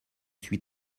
suis